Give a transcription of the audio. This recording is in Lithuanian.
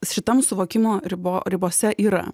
šitam suvokimo ribose yra